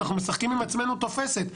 אנחנו משחקים עם עצמנו תופסת.